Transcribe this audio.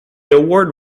award